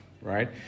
right